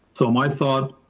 so my thought,